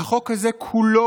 והחוק הזה כולו,